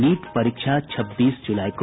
NEET परीक्षा छब्बीस जुलाई को